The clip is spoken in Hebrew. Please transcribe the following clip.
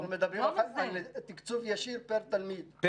אנחנו מדברים על תקצוב ישיר פר תלמיד,